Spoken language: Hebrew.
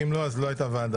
כי אם לא אז לא הייתה ועדה.